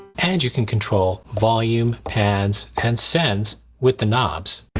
and you can control volume pads and sends with the knobs.